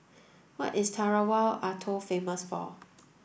what is Tarawa Atoll famous for